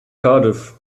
cardiff